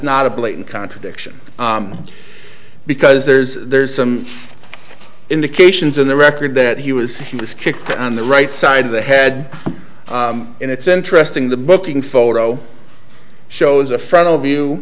not a blatant contradiction because there's there's some indications in the record that he was he was kicked on the right side of the head and it's interesting the booking photo shows a front